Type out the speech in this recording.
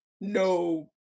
no